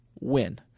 Win